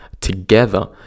together